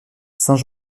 saint